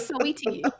Sweetie